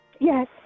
Yes